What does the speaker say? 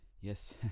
yes